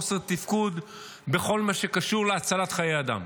חוסר תפקוד בכל מה שקשור להצלת חיי אדם.